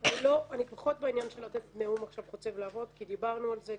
אני פחות בעניין של לתת עכשיו נאום חוצב להבות כי דיברנו על זה,